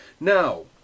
Now